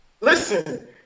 Listen